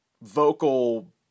vocal